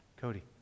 Cody